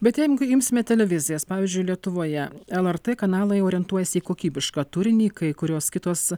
bet jei imsime televizijas pavyzdžiui lietuvoje lrt kanalai orientuojasi į kokybišką turinį kai kurios kitos